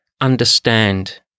understand